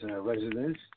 residents